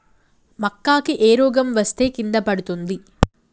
మక్కా కి ఏ రోగం వస్తే కింద పడుతుంది?